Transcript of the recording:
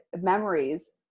memories